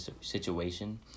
situation